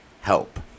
Help